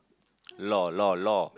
law law law